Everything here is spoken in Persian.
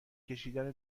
کشیدن